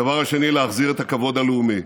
הדבר השני, להחזיר את הכבוד הלאומי,